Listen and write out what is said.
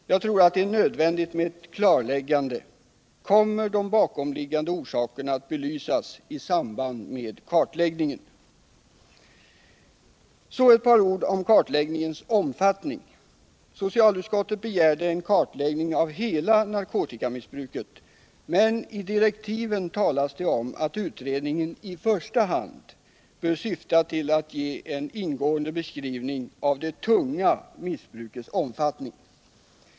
Jag tror att det är nödvändigt med ett klarläggande. Kommer de bakomliggande orsakerna att belysas i samband med kartläggningen? Så ett par ord om kartläggningens omfattning. Socialutskottet begärde en = Nr 159 kartläggning av hela narkotikamissbruket, men i direktiven talas det om att Onsdagen den utredningen i första hand bör syfta till att ge en ingående beskrivning av det 31 maj 1978 tunga missbrukets omfattning.